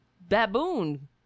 baboon